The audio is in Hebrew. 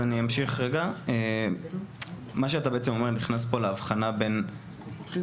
מה שאתה בעצם אומר נכנס פה להבחנה בין רף